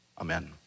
Amen